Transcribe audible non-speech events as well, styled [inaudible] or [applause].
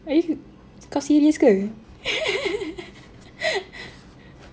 are yo~ kau serius ke [laughs]